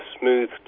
smooth